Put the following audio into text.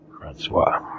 Francois